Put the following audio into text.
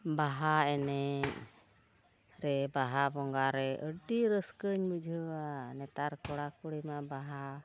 ᱵᱟᱦᱟ ᱮᱱᱮᱡ ᱨᱮ ᱵᱟᱦᱟ ᱵᱚᱸᱜᱟᱨᱮ ᱟᱹᱰᱤ ᱨᱟᱹᱥᱠᱟᱹᱧ ᱵᱩᱡᱷᱟᱹᱣᱟ ᱱᱮᱛᱟᱨ ᱠᱚᱲᱟ ᱠᱩᱲᱤ ᱢᱟ ᱵᱟᱦᱟ